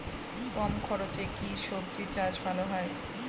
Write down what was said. কম খরচে কি সবজি চাষ ভালো হয়?